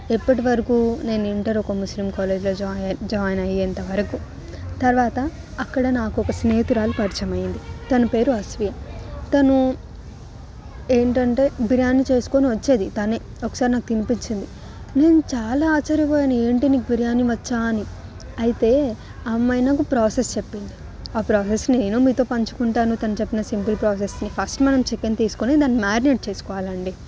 ఎప్పటి వరకు నేను ఇంటర్ ఒక ముస్లిం కాలేజీలో జాయిన్ జాయిన్ అయ్యేంతవరకు తర్వాత అక్కడ నాకు ఒక స్నేహితురాలు పరిచయం అయింది తన పేరు అశ్వి తను ఏంటంటే బిర్యాని చేసుకొని వచ్చేది తనే ఒకసారి నాకు తినిపించింది నేను చాలా ఆశ్చర్యపోయాను ఏంటి నీకు బిర్యాని వచ్చా అని అయితే అమ్మాయి నాకు ప్రాసెస్ చెప్పింది ఆ ప్రాసెస్ నేను మీతో పంచుకుంటాను తను చెప్పిన సింపుల్ ప్రాసెస్ని ఫస్ట్ మనం చికెన్ తీసుకొని దాన్ని మ్యారినేట్ చేసుకోవాలండి